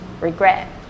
regret